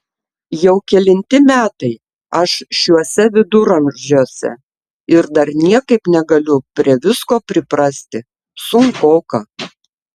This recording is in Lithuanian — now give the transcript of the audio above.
jau kelinti metai aš šiuose viduramžiuose ir dar niekaip negaliu prie visko priprasti sunkoka